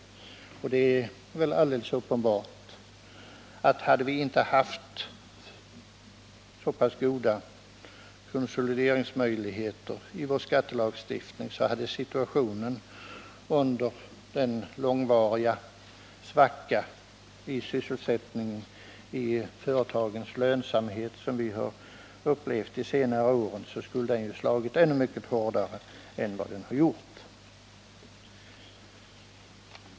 Hade vi i vår skattelagstiftning inte haft så goda konsolideringsmöjligheter som vi har är det uppenbart att den situation vi under senare år upplevt i fråga om företagens lönsamhet med den långvariga svackan i sysselsättningen skulle ha blivit mycket värre än den blev.